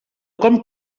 com